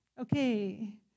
Okay